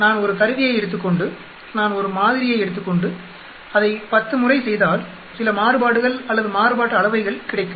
நான் ஒரு கருவியை எடுத்துகொண்டு நான் ஒரு மாதிரியை எடுத்துக் கொண்டு அதை 10 முறை செய்தால் சில மாறுபாடுகள் அல்லது மாறுபாட்டு அளவைகள் கிடைக்கும்